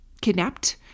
kidnapped